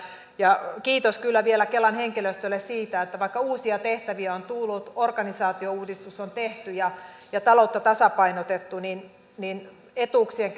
kiitos kyllä vielä kelan henkilöstölle siitä että vaikka uusia tehtäviä on tullut organisaatiouudistus on tehty ja ja taloutta tasapainotettu niin niin etuuksien